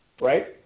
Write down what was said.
Right